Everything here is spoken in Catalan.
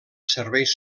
serveis